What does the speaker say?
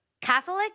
Catholic